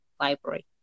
library